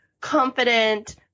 confident